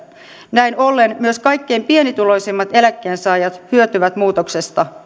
näin ollen myös kaikkein pienituloisimmat eläkkeensaajat hyötyvät muutoksesta